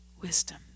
wisdom